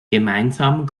gemeinsam